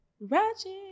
ratchet